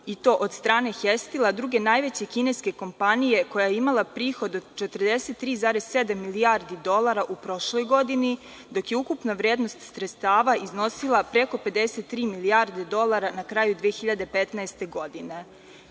i to od strane „Hestila“, druge najveće kineske kompanije koja je imala prihod od 43,7 milijardi dolara u prošloj godini, dok je ukupna vrednost sredstava iznosila preko 53 milijarde dolara na kraju 2015. godine.